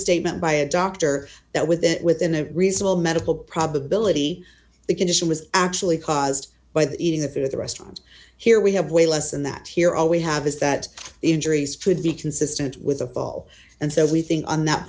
statement by a doctor that within within a reasonable medical probability the condition was actually caused by the eating the food at the restaurant here we have way less than that here all we have is that the injuries could be consistent with a fall and so we think on that